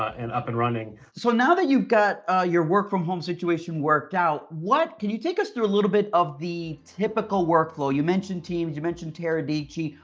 and up and running. so now that you've got your work from home situation worked out, what, can you take us through a little bit of the typical workflow? you mentioned teams, you mentioned teradici.